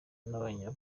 n’abanya